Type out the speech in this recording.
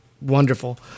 wonderful